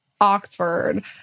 Oxford